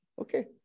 Okay